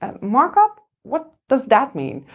and markup? what does that mean?